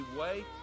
wait